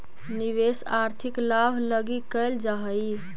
निवेश आर्थिक लाभ लगी कैल जा हई